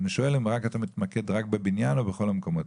ואני שואל האם אתה מתמקד רק בבניין או בכל המקומות.